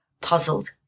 puzzled